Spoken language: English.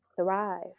Thrive